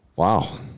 Wow